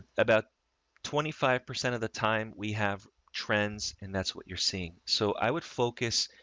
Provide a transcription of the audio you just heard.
about twenty five percent of the time we have trends. and that's what you're seeing. so i would focus,